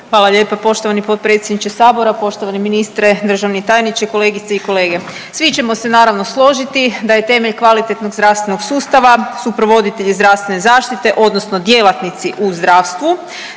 Hvala lijepa poštovani potpredsjedniče sabora, poštovani ministre, državni tajniče, kolegice i kolege. Svi ćemo se naravno složiti da je temelj kvalitetnog zdravstvenog sustava su provoditelji zdravstvene zaštite odnosno djelatnici u zdravstvu,